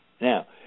Now